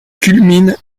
culmine